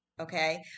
okay